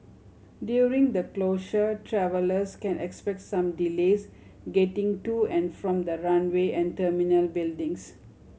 during the closure travellers can expect some delays getting to and from the runway and terminal buildings